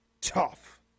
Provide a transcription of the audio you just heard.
tough